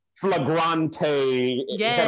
Flagrante